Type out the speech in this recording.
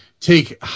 take